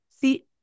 See